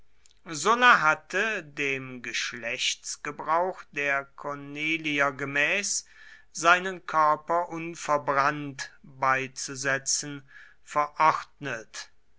sulla hatte dem geschlechtsgebrauch der cornelier gemäß seinen körper unverbrannt beizusetzen verordnet